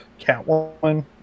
Catwoman